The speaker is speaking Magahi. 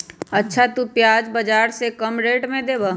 अच्छा तु प्याज बाजार से कम रेट में देबअ?